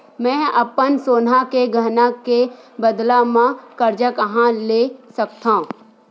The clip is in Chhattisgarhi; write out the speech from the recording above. मेंहा अपन सोनहा के गहना के बदला मा कर्जा कहाँ ले सकथव?